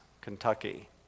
Kentucky